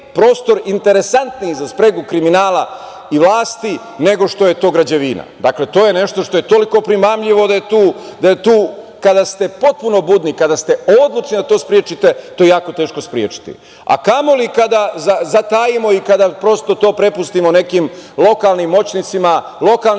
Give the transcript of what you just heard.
prostor interesantniji za spregu kriminala i vlasti, nego što je to građevina. Dakle, to je nešto što je toliko primamljivo da je tu kada ste potpuno budni, kada ste odlučni da to sprečite, to je jako teško sprečiti, a kamoli kada zatajimo i kada to prepustimo nekim lokalnim moćnicima, lokalnim